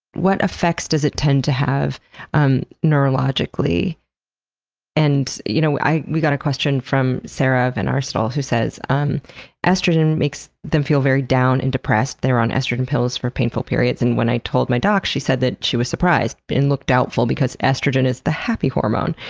what effects does it tend to have um neurologically and, you know we got a question from sarah vanarsdal who says um estrogen makes them feel very down and depressed. they're on estrogen pills for painful periods. and when i told my doc, she said that she was surprised but and looked doubtful because estrogen is the happy hormone.